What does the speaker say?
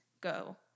go